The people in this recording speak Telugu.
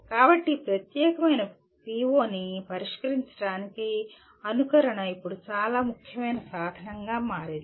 కాబట్టి ఈ ప్రత్యేకమైన PO ని పరిష్కరించడానికి అనుకరణ ఇప్పుడు చాలా ముఖ్యమైన సాధనంగా మారింది